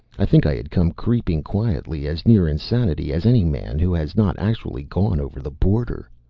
i think i had come creeping quietly as near insanity as any man who has not actually gone over the border.